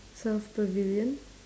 south pavilion